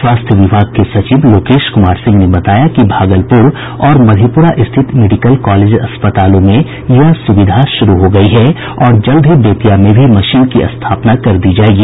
स्वास्थ्य विभाग के सचिव लोकेश कुमार सिंह ने बताया कि भागलपुर और मधेपुरा स्थित मेडिकल कॉलेज अस्पतालों में यह सुविधा शुरू हो गयी है और जल्द ही बेतिया में भी मशीन की स्थापना कर दी जायेगी